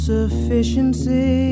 Sufficiency